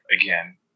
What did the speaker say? again